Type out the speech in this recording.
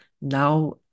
now